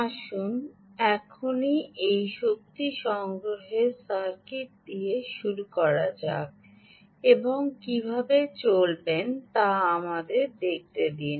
আসুন এখনই এই শক্তি সংগ্রহের সার্কিট দিয়ে শুরু করা যাক এবং কীভাবে চলবেন তা আমাদের দেখতে দিন